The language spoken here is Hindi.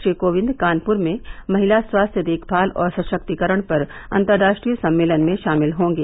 श्री कोविंद कानपुर में महिला स्वास्थ्य देखभाल और सशक्तिकरण पर अंतर्राष्ट्रीय सम्मेलन में शामिल होंगे